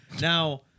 Now